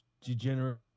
degenerate